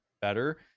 better